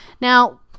Now